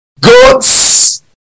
goats